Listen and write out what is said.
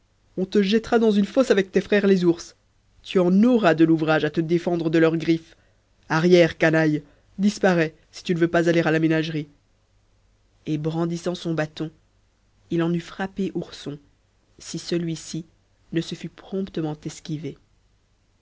on te jettera dans une fosse avec tes frères les ours tu en auras de l'ouvrage à te défendre de leurs griffes arrière canaille disparais si tu ne veux pas aller à la ménagerie et brandissant son bâton il en eût frappé ourson si celui-ci ne se fût promptement esquivé